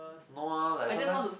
no lah like sometimes